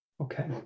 Okay